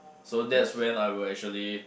so that's when I will actually